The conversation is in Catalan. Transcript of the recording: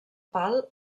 pal